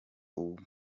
uwo